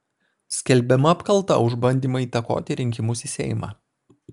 skelbiama apkalta už bandymą įtakoti rinkimus į seimą